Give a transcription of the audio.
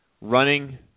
running